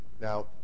Now